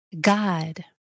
God